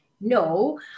no